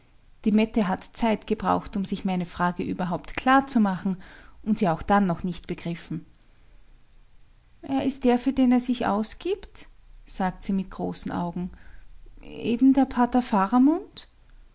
die mette hat zeit gebraucht um sich meine frage überhaupt klar zu machen und sie auch dann noch nicht begriffen es ist der für den er sich ausgibt sagt sie mit großen augen eben der pater